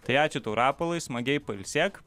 tai ačiū tau rapolai smagiai pailsėk